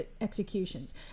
executions